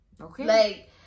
Okay